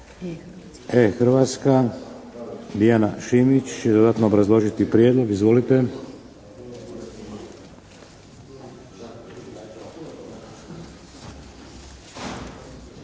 E-Hrvatska Dijana Šimić će dodatno obrazložiti prijedlog. Izvolite.